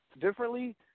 differently